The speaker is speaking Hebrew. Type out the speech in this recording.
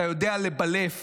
אתה יודע לבלף